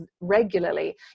regularly